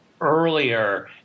earlier